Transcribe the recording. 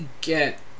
get